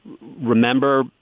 remember